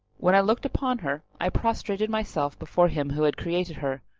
when i looked upon her i prostrated myself before him who had created her,